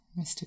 Mr